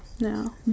No